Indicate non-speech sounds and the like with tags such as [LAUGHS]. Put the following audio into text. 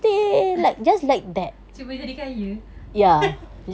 [LAUGHS] cuma jadi kaya [LAUGHS]